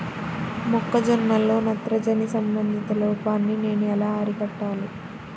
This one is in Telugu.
మొక్క జొన్నలో నత్రజని సంబంధిత లోపాన్ని నేను ఎలా అరికట్టాలి?